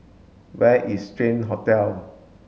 where is Strand Hotel